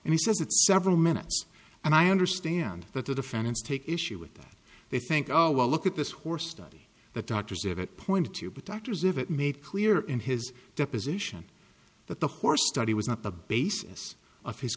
and he says it's several minutes and i understand that the defendants take issue with that they think oh well look at this horse study that doctors have it pointed to be doctors if it made clear in his deposition that the horse study was not the basis of his